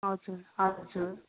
हजुर हजुर